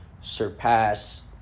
surpass